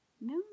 No